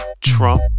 Trump